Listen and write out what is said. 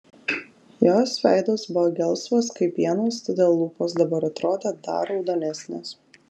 jos veidas buvo gelsvas kaip pienas todėl lūpos dabar atrodė dar raudonesnės